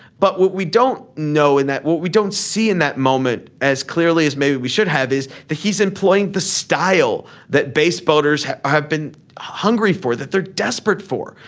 but what we don't know in that we don't see in that moment as clearly as maybe we should have is that he's employing the style that base voters have have been hungry for that they're desperate for.